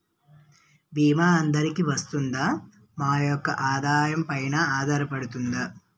భీమా అందరికీ వరిస్తుందా? మా యెక్క ఆదాయం పెన ఆధారపడుతుందా?